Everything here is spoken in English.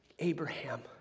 Abraham